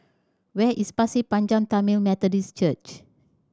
where is Pasir Panjang Tamil Methodist Church